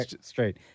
straight